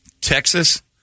Texas